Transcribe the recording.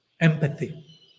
empathy